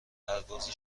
پرواز